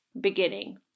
beginning